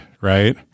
right